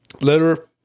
Letter